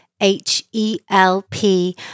H-E-L-P